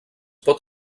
pot